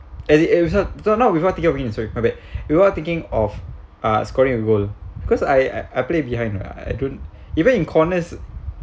it win sorry my bad we were thinking of uh scoring a goal because I I play behind lah I don't even in corners